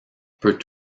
peut